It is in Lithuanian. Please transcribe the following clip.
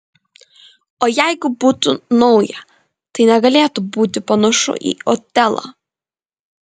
o jeigu būtų nauja tai negalėtų būti panašu į otelą